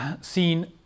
seen